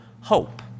hope